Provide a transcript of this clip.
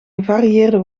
gevarieerde